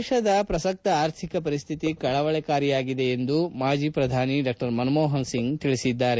ದೇಶದ ಪ್ರಸ್ತ ಆರ್ಥಿಕ ಪರಿಸ್ಥಿತಿ ಕಳವಳಕಾರಿಯಾಗಿದೆ ಎಂದು ಮಾಜಿ ಪ್ರಧಾನಿ ಡಾ ಮನ್ಮೋಹನ್ ಸಿಂಗ್ ಹೇಳಿದ್ದಾರೆ